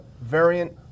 variant